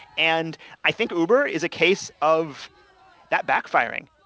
and i think uber is a case of that backfiring.